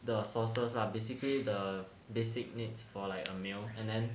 the saucers lah basically the basic needs for like a meal and then